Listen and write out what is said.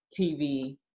TV